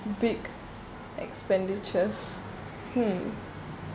big expenditures !huh!